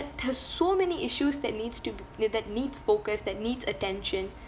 there're so many issues that needs to be tha~ that needs focus that needs attention